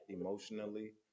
emotionally